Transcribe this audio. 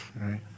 right